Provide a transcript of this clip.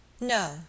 No